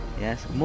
Yes